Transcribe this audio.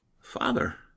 father